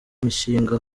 mishinga